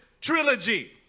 trilogy